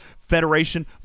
Federation